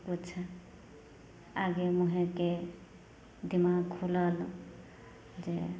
किछु आगे मुँहे गेल दिमाग खुलल जे